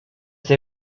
they